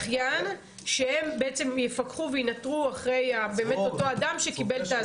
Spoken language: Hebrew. שהם בעצם יפקחו וינטרו על אותו אדם שקיבל את האזיק.